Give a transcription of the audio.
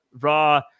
Raw